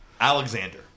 Alexander